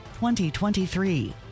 2023